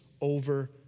over